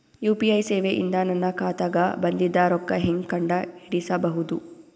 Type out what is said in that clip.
UPI ಸೇವೆ ಇಂದ ನನ್ನ ಖಾತಾಗ ಬಂದಿದ್ದ ರೊಕ್ಕ ಹೆಂಗ್ ಕಂಡ ಹಿಡಿಸಬಹುದು?